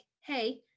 hey